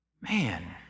Man